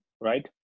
right